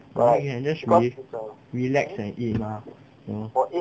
no you can just re~relax and eat mah you know